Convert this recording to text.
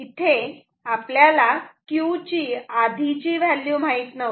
इथे आपल्याला Q ची आधीची व्हॅल्यू माहीत नव्हती